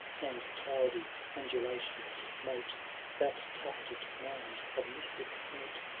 and cloudy undulations moat that tufted monnd of mystic note.